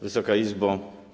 Wysoka Izbo!